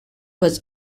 was